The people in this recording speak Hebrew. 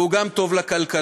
והוא גם טוב לכלכלה.